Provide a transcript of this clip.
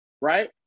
right